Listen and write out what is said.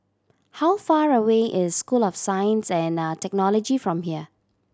how far away is School of Science and Technology from here